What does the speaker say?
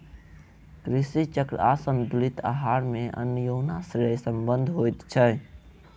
कृषि चक्र आसंतुलित आहार मे अन्योनाश्रय संबंध होइत छै